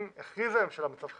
אם הכריזה הממשלה על מצב חירום.